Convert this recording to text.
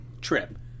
trip